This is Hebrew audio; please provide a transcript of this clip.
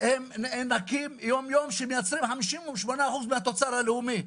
ונאנקים יום יום ומייצרים 58% מהתוצר הלאומי.